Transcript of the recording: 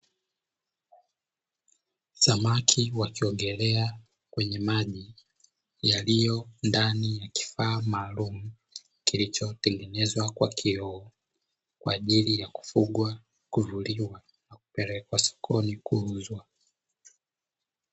Samaki wakiogelea kwenye maji yaliyo ndani ya kifaa maalumu, kilichotengenezwa kwa kioo kwa ajili ya kufugwa, kuvuliwa na kupelekwa sokoni kuuzwa.